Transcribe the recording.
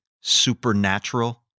supernatural